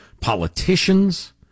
politicians